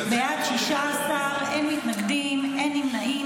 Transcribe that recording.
16, אין מתנגדים, אין נמנעים.